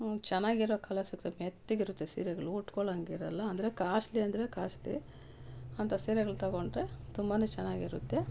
ಚೆನ್ನಾಗಿರೋ ಕಲರ್ ಮೆತ್ತಗಿರುತ್ತೆ ಸೀರೆಗಳು ಉಟ್ಕೊಳೊಂಗಿರಲ್ಲ ಅಂದರೆ ಕಾಸ್ಟ್ಲಿ ಅಂದರೆ ಕಾಸ್ಟ್ಲಿ ಅಂತ ಸೀರೆಗಳು ತಗೊಂಡರೆ ತುಂಬಾ ಚೆನ್ನಾಗಿರುತ್ತೆ